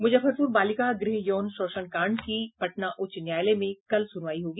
मुजफ्फरपुर बालिका गृह यौन शोषण कांड की पटना उच्च न्यायालय में कल सुनवाई होगी